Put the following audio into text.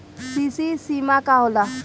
CC सीमा का होला?